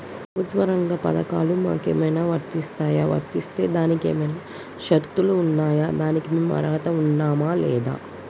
ప్రభుత్వ రంగ పథకాలు మాకు ఏమైనా వర్తిస్తాయా? వర్తిస్తే దానికి ఏమైనా షరతులు ఉన్నాయా? దానికి మేము అర్హత ఉన్నామా లేదా?